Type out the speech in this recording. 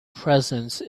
presence